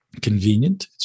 convenient